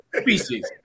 species